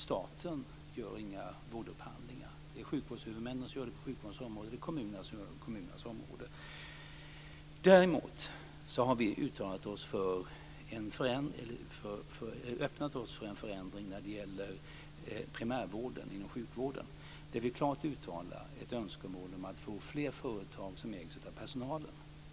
Staten gör inga vårdupphandlingar. Det är sjukvårdshuvudmännen som gör det på sjukvårdens område, och det är kommunerna som gör det på kommunernas område. Däremot har vi öppnat oss för en förändring när det gäller primärvården inom sjukvården. Vi har klart uttalat ett önskemål om att få fler företag som ägs av personalen.